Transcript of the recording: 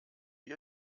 wie